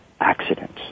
accidents